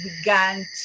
began